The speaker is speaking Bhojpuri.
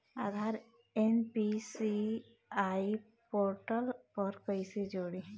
आधार एन.पी.सी.आई पोर्टल पर कईसे जोड़ी?